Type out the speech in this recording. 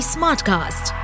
Smartcast